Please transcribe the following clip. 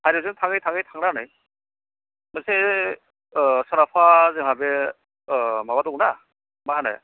हाइरडजों थाङै थाङै थांनानै मोनसे सोनाबहा जोंहा बे माबा दंना मा होनो